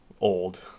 old